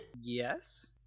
Yes